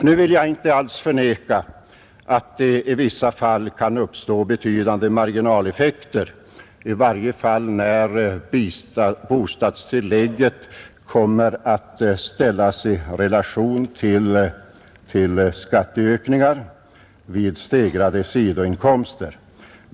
Nu vill jag inte alls förneka att det i vissa fall kan uppstå betydande marginaleffekter, i varje fall när bostadstillägget ställs i relation till skattehöjningar vid stegrade sidoinkomster.